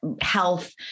health